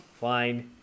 Fine